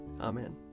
Amen